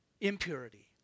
impurity